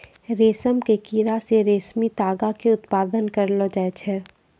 रेशम के कीड़ा से रेशमी तागा के उत्पादन करलो जाय छै